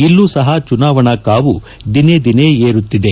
ಇಲ್ಲೂ ಸಹ ಚುನಾವಣಾ ಕಾವು ದಿನೇ ದಿನೇ ಏರುತ್ತಿದೆ